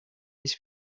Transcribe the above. his